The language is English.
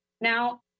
Now